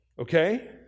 okay